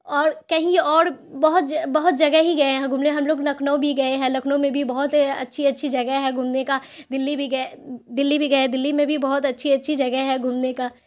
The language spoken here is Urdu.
اور کہیں اور بہت بہت جگہ ہی گئے ہیں گھومنے ہم لوگ لکھنؤ بھی گئے ہیں لکھنؤ میں بھی بہت اچھی اچھی جگہ ہے گھومنے کا دلّی بھی گئے دلّی بھی گئے دلّی میں بھی بہت اچھی اچھی جگہ ہے گھومنے کا